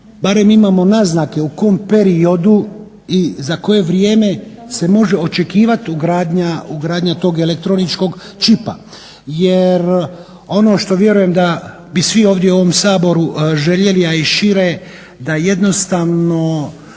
barem imamo naznake u kom periodu i za koje vrijeme se može očekivati ugradnja tog elektroničkog čipa jer ono što vjerujem da bi svi ovdje u ovom Saboru željeli a i šire da jednostavno